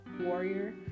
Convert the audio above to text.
warrior